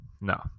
no